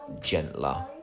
gentler